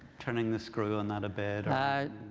turning the screw on that a bit? i